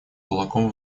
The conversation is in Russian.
кулаком